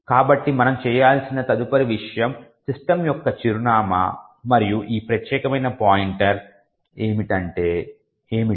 కాబట్టి మనం నిర్ణయించాల్సిన తదుపరి విషయం సిస్టమ్ యొక్క చిరునామా మరియు ఈ ప్రత్యేకమైన పాయింటర్ ఏమిటి